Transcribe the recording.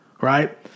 Right